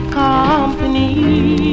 company